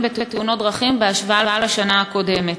בתאונות דרכים בהשוואה לשנה הקודמת.